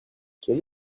quel